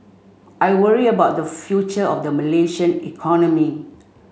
I worry about the future of the Malaysian economy